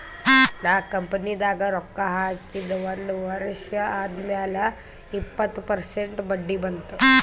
ನಾ ಕಂಪನಿದಾಗ್ ರೊಕ್ಕಾ ಹಾಕಿದ ಒಂದ್ ವರ್ಷ ಆದ್ಮ್ಯಾಲ ಇಪ್ಪತ್ತ ಪರ್ಸೆಂಟ್ ಬಡ್ಡಿ ಬಂತ್